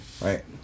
right